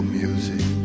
music